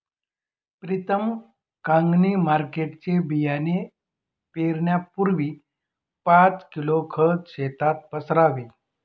प्रीतम कांगणी मार्केटचे बियाणे पेरण्यापूर्वी पाच किलो खत शेतात पसरावे